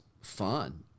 fun